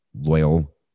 loyal